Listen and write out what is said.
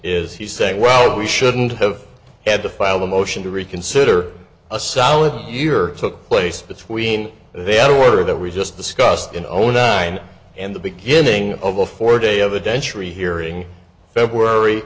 is he's saying well we shouldn't have had to file a motion to reconsider a solid year took place between then order that we just discussed in zero nine and the beginning of a four day of adventure a hearing february